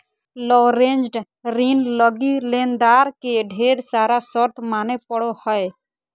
leveraged ऋण लगी लेनदार के ढेर सारा शर्त माने पड़ो हय